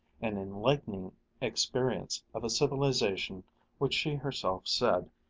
an enlightening experience of a civilization which she herself said,